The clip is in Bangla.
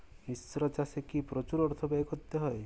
মিশ্র চাষে কি প্রচুর অর্থ ব্যয় করতে হয়?